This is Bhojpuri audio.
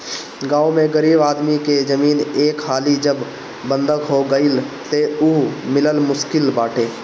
गांव में गरीब आदमी के जमीन एक हाली जब बंधक हो गईल तअ उ मिलल मुश्किल बाटे